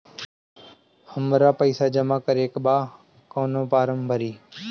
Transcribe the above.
हमरा पइसा जमा करेके बा कवन फारम भरी?